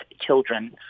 children